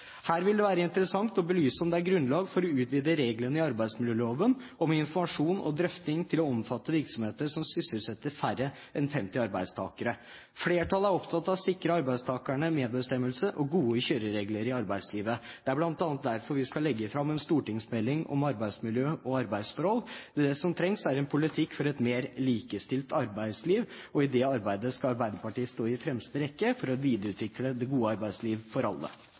Her vil det være interessant å belyse om det er grunnlag for å utvide reglene i arbeidsmiljøloven om informasjon og drøfting til å omfatte virksomheter som sysselsetter færre enn 50 arbeidstakere. Flertallet er opptatt av å sikre arbeidstakerne medbestemmelse og gode kjøreregler i arbeidslivet. Det er bl.a. derfor vi skal legge fram en stortingsmelding om arbeidsmiljø og arbeidsforhold. Det som trengs, er en politikk for et mer likestilt arbeidsliv, og i det arbeidet skal Arbeiderpartiet stå i fremste rekke for å videreutvikle det gode arbeidsliv for alle.